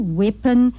weapon